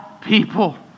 people